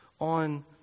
on